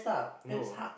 no